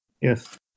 Yes